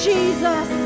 Jesus